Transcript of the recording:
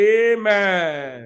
amen